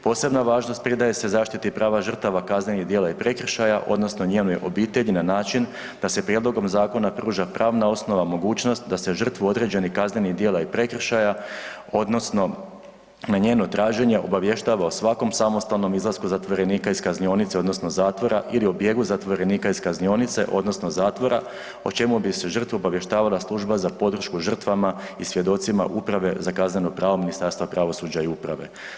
Posebna važnost pridaje se zaštiti prava žrtava kaznenih dijela i prekršaja odnosno njenoj obitelji na način da se prijedlogom zakona pruža pravna osnova, mogućnost da se žrtvu određenih kaznenih djela i prekršaja odnosno na njeno traženje obavještava o svakom samostalnom izlasku zatvorenika iz kaznionice odnosno zatvora ili o bijegu zatvorenika iz kaznionice odnosno zatvora o čemu bi se žrtvu obavještavala služba za podršku žrtvama i svjedocima Uprave za kazneno pravo Ministarstva pravosuđa i uprave.